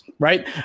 Right